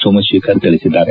Somashekar ತೆಳಿಸಿದ್ದಾರೆ